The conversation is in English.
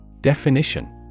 Definition